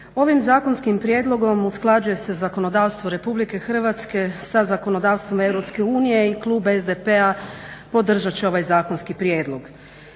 Ovim zakonskim prijedlogom usklađuje se zakonodavstvo Republike Hrvatske sa zakonodavstvom EU i klub SDP-a podržat će ovaj zakonski prijedlog.